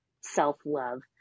self-love